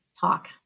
talk